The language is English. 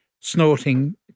snorting